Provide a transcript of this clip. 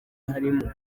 harimo